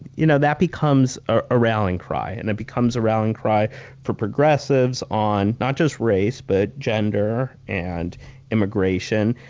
you know that becomes ah a rallying cry. and it becomes a rallying cry for progressives on not just race, but gender and immigration.